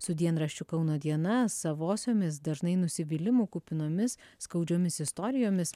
su dienraščiu kauno diena savosiomis dažnai nusivylimų kupinomis skaudžiomis istorijomis